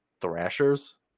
Thrashers